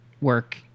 work